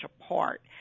apart